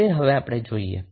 તે હવે આપણે જોઈએ